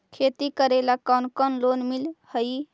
खेती करेला कौन कौन लोन मिल हइ?